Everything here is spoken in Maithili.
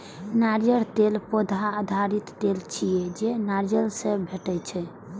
नारियल तेल पौधा आधारित तेल छियै, जे नारियल सं भेटै छै